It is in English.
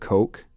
Coke